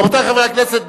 רבותי חברי הכנסת,